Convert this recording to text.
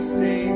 say